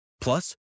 plus